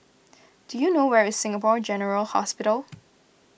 do you know where is Singapore General Hospital